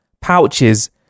pouches